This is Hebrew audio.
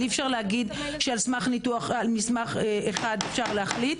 אי אפשר להגיד שעל פי מסמך אחד אפשר להחליט,